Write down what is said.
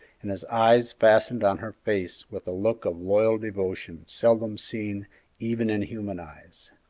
and his eyes fastened on her face with a look of loyal devotion seldom seen even in human eyes.